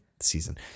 season